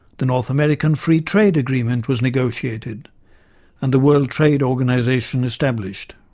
the north american free trade agreement was negotiated and the world trade organisation established.